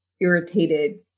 irritated